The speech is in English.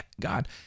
God